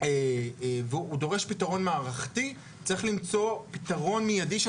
והוא דורש פתרון מערכתי צריך למצוא פתרון מידי של